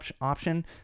option